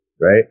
right